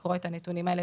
לקרוא את הנתונים האלה,